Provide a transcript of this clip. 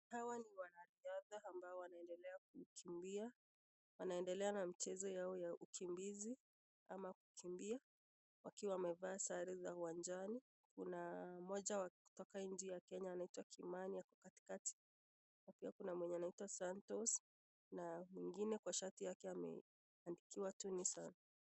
Hawa ni wanariadha ambao wanaendelea kukimbia, wanaendelea na mchezo yao ya ukimbizi ama kukimbia wakiwa wamevaa sare za uwanjani. Kuna mmoja wa kutoka nchi ya Kenya anaitwa Kimani ako katikati, kuna mwenye anaitwa Santos na mwingine kwa shati yake ameandikiwa tu Nissan.